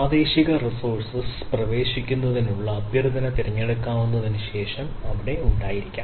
പ്രാദേശിക റിസോഴ്സ്സ് പ്രവേശിക്കുന്നതിനുള്ള അഭ്യർത്ഥന തിരഞ്ഞെടുക്കാവുന്നതിന് ശേഷം അവിടെ ഉണ്ടായിരിക്കാം